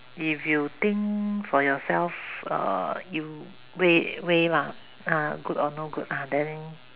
if you think for yourself err you weigh weigh lah ah good or no good ah then